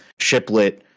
Shiplet